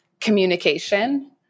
communication